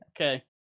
Okay